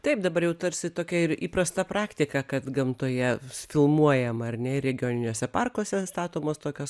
taip dabar jau tarsi tokia ir įprasta praktika kad gamtoje filmuojama ar ne ir regioniniuose parkuose statomos tokios